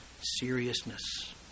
seriousness